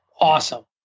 Awesome